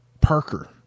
Parker